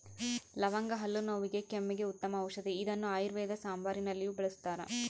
ಲವಂಗ ಹಲ್ಲು ನೋವಿಗೆ ಕೆಮ್ಮಿಗೆ ಉತ್ತಮ ಔಷದಿ ಇದನ್ನು ಆಯುರ್ವೇದ ಸಾಂಬಾರುನಲ್ಲಿಯೂ ಬಳಸ್ತಾರ